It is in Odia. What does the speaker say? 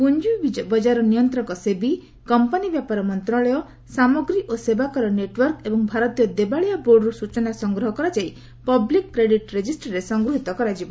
ପୁଞ୍ଜବଜାର ନିୟନ୍ତ୍ରକ ସେବି କମ୍ପାନୀ ବ୍ୟାପାର ମନ୍ତ୍ରଣାଳୟ ସାମଗ୍ରୀ ଓ ସେବାକର ନେଟ୍ୱାର୍କ ଏବଂ ଭାରତୀୟ ଦେବାଳିଆ ବୋର୍ଡରୁ ସୂଚନା ସଂଗ୍ରହ କରାଯାଇ ପବ୍ଲିକ୍ କ୍ରେଡିଟ୍ ରେଜିଷ୍ଟ୍ରିରେ ସଂଗୃହିତ କରାଯିବ